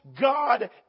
God